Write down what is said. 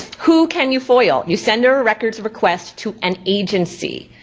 who can you foil? you send a records records to an agency.